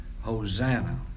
Hosanna